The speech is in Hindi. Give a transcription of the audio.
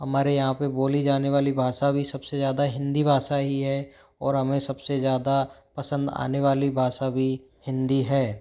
हमारे यहाँ पे बोली जाने वाली भाषा भी सबसे ज़्यादा हिंदी भाषा ही है और हमें सबसे ज़्यादा पसंद आने वाली भाषा भी हिंदी है